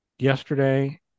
yesterday